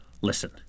Listen